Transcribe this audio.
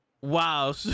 Wow